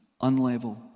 unlevel